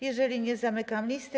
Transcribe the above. Jeżeli nie, zamykam listę.